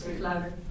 louder